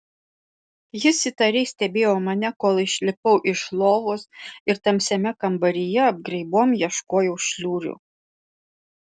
jis įtariai stebėjo mane kol išlipau iš lovos ir tamsiame kambaryje apgraibom ieškojau šliurių